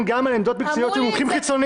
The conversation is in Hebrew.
גם על עמדות מקצועיות של מומחים חיצוניים.